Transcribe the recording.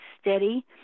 steady